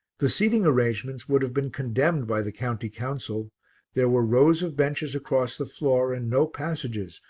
the seating arrangements would have been condemned by the county council there were rows of benches across the floor and no passages,